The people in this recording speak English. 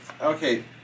Okay